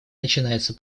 начинается